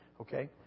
Okay